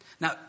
Now